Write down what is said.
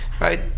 right